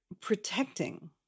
protecting